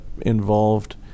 involved